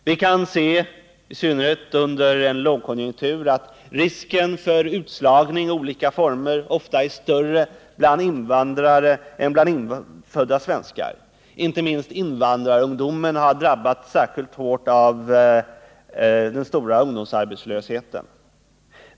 Vi kan konstatera, i synnerhet under en lågkonjunktur, att risken för utslagning i olika former ofta är större bland invandrare än bland infödda svenskar. Inte minst invandrarungdomar har drabbats hårt av den stora ungdomsarbetslösheten.